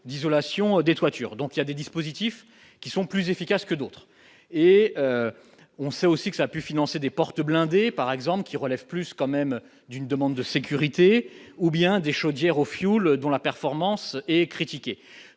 d'isolation des toitures, donc il y a des dispositifs qui sont plus efficaces que d'autres et on sait aussi que ça a pu financer des portes blindées, par exemple, qui relève plus quand même d'une demande de sécurité ou bien des chaudières au fioul dont la performance est critiquée,